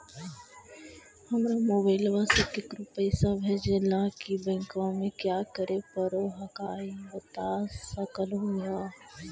हमरा मोबाइलवा से केकरो पैसा भेजे ला की बैंकवा में क्या करे परो हकाई बता सकलुहा?